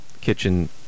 kitchen